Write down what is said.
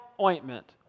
ointment